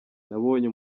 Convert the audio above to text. nabonye